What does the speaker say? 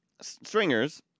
Stringers